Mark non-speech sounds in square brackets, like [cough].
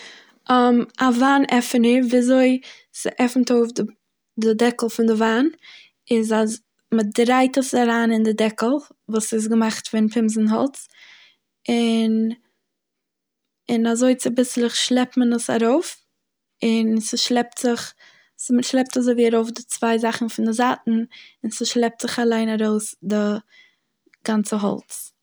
[hesitation] א וויין עפענער וויזוי ס'עפנט אויף ד- די דעקל פון די וויין איז. אז מ'דרייט עס אריין אין די דעקל וואס איז געמאכט פון פינזן האלץ ,און און אזוי צוביסלעך שלעפט מען עס ארויף און ס'שלעפט זיך, ס'- מ'שלעפט אזוי ווי ארויף די צוויי זאכן פון די זייטן און ס'שלעפט זיך אליין ארויס די גאנצע האלץ.